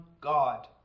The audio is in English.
God